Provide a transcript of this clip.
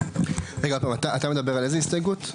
רגע, אתה מדבר על איזה הסתייגות?